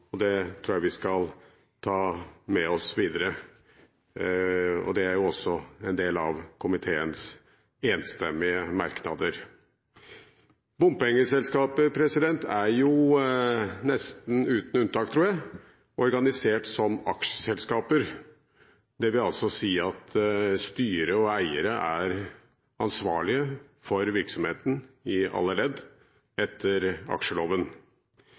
og det tror jeg vi skal ta med oss videre, og det er jo også en del av komiteens enstemmige merknader. Bompengeselskaper er – nesten uten unntak, tror jeg – organisert som aksjeselskaper. Det vil altså si at styret og eiere er ansvarlig for virksomheten i alle ledd, etter aksjeloven.